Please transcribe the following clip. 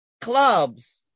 clubs